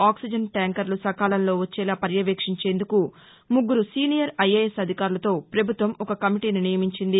oxygen ట్యాంకర్లు సకాలంలో వచ్చేలా పర్యవేక్షించేందుకు ముగ్గురు సీనియర్ ఐఎఎస్ అధికారులతో పభుత్వం ఒక కమిటీని నియమించింది